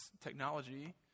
technology